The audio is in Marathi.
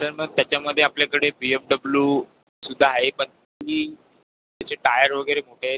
सर मग त्याच्यामध्ये आपल्याकडे बी एफ डब्लू सुद्धा आहे पण ही त्याचे टायर वगैरे मोठे आहेत